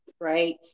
right